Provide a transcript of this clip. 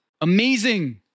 Amazing